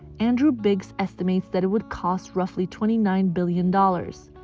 andrew biggs estimates that it would cost roughly twenty nine billion dollars.